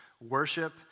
worship